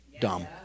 dumb